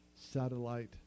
satellite